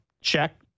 check